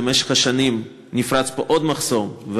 במשך השנים נפרץ פה עוד מחסום,